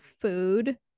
food